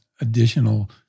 additional